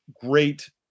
great